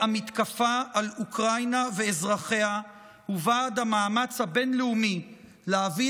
המתקפה על אוקראינה ואזרחיה ובעד המאמץ הבין-לאומי להביא